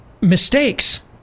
mistakes